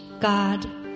God